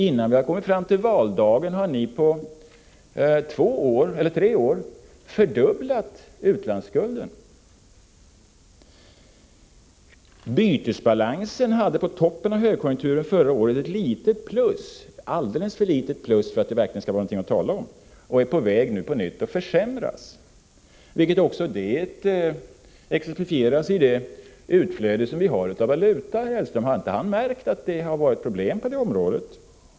Innan vi har kommit fram till valdagen har ni, på tre år, fördubblat utlandsskulden. Bytesbalansen hade på toppen av högkonjunkturen förra året ett litet plus, ett alldeles för litet plus för att det verkligen skulle vara något att tala om, och den är på väg att på nytt försämras, vilket också det exemplifieras av det utflöde av valuta som vi har. Har inte herr Hellström märkt att det har varit problem på det området?